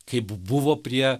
kaip buvo prie